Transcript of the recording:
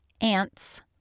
ants